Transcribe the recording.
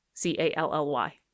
C-A-L-L-Y